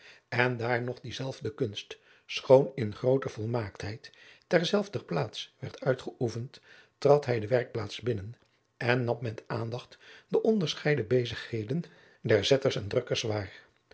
en daar nog die zelfde kunst schoon in grooter volmaaktheid ter zelfder plaats werd uitgeoefend trad hij de werkplaats binnen en nam met aandacht de onderscheiden bezigheden derzetters en drukkers waar